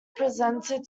presented